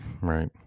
Right